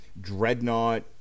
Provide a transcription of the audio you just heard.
Dreadnought